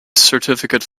certificate